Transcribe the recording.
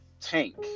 tank